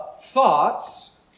thoughts